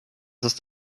ist